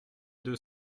deux